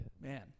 Man